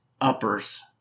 uppers